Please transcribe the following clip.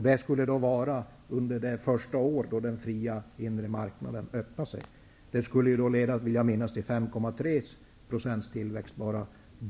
Det skulle då vara under det första året sedan den fria marknaden öppnat sig. Bara den operationen skulle enligt den svenska regeringen leda till 5,3 % tillväxt.